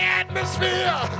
atmosphere